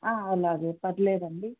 అలాగే పర్లేదండి